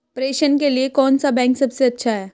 प्रेषण के लिए कौन सा बैंक सबसे अच्छा है?